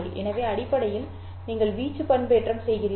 எனவே அடிப்படையில் நீங்கள் வீச்சு பண்பேற்றம் செய்கிறீர்கள்